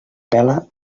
pela